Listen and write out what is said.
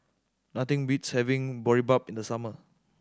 nothing beats having Boribap in the summer